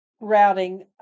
routing